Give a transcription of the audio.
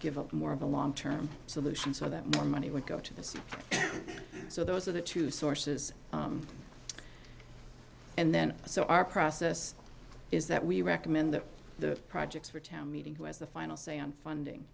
give up more of a long term solution so that more money would go to the state so those are the two sources and then so our process is that we recommend that the projects for town meeting who has the final say on funding